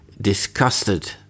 disgusted